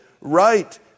right